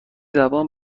زبان